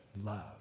love